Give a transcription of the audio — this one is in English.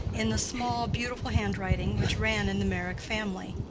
in the small, beautiful handwriting which ran in the meyrick family.